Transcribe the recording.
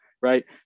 Right